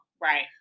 Right